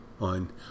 on